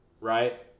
right